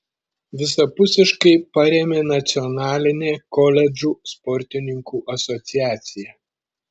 visapusiškai parėmė nacionalinė koledžų sportininkų asociacija